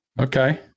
Okay